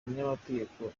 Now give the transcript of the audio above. umunyamategeko